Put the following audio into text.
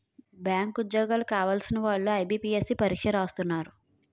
bank ఉద్యోగాలు కావలసిన వాళ్లు ఐబీపీఎస్సీ పరీక్ష రాస్తున్నారు